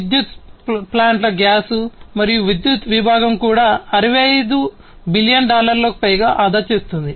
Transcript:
విద్యుత్ ప్లాంట్ల గ్యాస్ మరియు విద్యుత్ విభాగం కూడా 65 బిలియన్ డాలర్లకు పైగా ఆదా చేస్తుంది